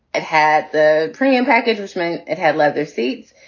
it had the premium package, which meant it had leather seats.